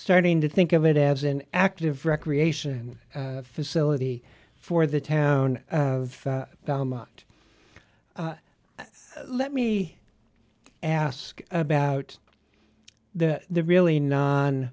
starting to think of it as an active recreation facility for the town of belmont let me ask about the the really non